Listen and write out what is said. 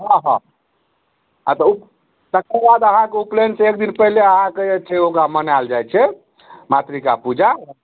हॅं हॅं आ तऽ तकर बाद अहाँके उपनयन सँ एकदिन पहिले अहाँके जे छै ओकरा मनायल जाइ छै मातृका पूजा